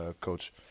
Coach